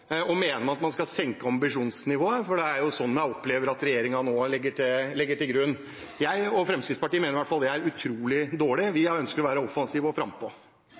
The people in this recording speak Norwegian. og om han mener at man skal senke ambisjonsnivået, for det er det jeg opplever at regjeringen nå legger til grunn. Jeg og Fremskrittspartiet mener i hvert fall at det er utrolig dårlig. Vi ønsker å være offensive og frampå.